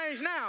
now